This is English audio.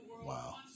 Wow